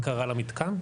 תהיה בקרה על המתקן?